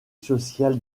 social